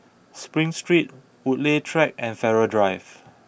Spring Street Woodleigh Track and Farrer Drive